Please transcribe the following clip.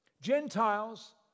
Gentiles